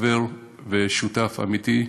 חבר ושותף אמיתי.